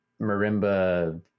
marimba